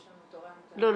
יש לנו תורי המתנה -- לא,